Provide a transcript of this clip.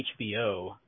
HBO